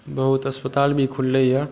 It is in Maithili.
बहुत अस्पताल भी खुललैए